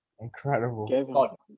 incredible